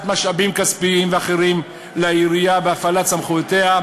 משאבים כספיים ואחרים לעירייה בהפעלת סמכויותיה,